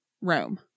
Rome